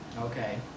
Okay